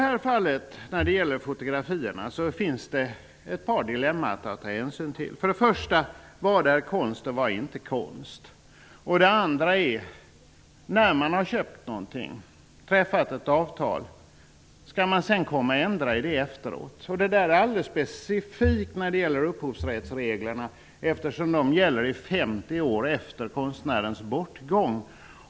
När det gäller fotografier finns det ett par dilemman att ta hänsyn till. För det första: Vad är konst och vad är inte konst? För det andra: När man har köpt något, träffat ett avtal, skall det då gå att ändra i det efteråt? Denna fråga blir av alldeles specifik betydelse när det gäller upphovsrättsreglerna, eftersom de gäller i 50 år efter konstnärens bortgång.